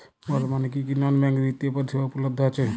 বর্তমানে কী কী নন ব্যাঙ্ক বিত্তীয় পরিষেবা উপলব্ধ আছে?